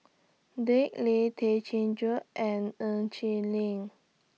Dick Lee Tay Chin Joo and Ng Chin Li